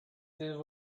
there